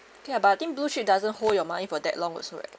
okay ah but I think blue chip doesn't hold your money for that long also right